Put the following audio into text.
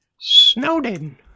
Snowden